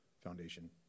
foundation